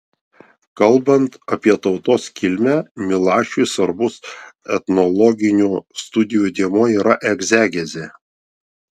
kalbant apie tautos kilmę milašiui svarbus etnologinių studijų dėmuo yra egzegezė